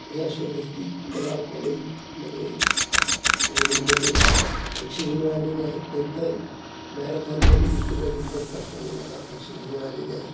या शर्यतीत मला कॉलेजमध्ये रनिंगमध्ये बक्षीस मिळालेले आहेत नंतर मॅरथॉनमध्ये देखील रनिंग करत असताना मला बक्षीस मिळालेले आहेत